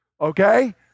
okay